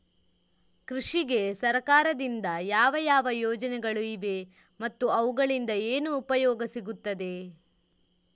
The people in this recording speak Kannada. ಕೃಷಿಗೆ ಸರಕಾರದಿಂದ ಯಾವ ಯಾವ ಯೋಜನೆಗಳು ಇವೆ ಮತ್ತು ಅವುಗಳಿಂದ ಏನು ಉಪಯೋಗ ಸಿಗುತ್ತದೆ?